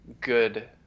good